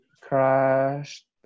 crashed